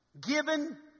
given